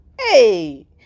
Hey